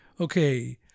Okay